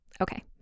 okay